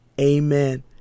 Amen